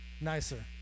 nicer